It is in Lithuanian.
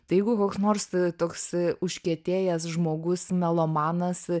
tai jeigu koks nors toks užkietėjęs žmogus melomanas